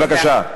בבקשה,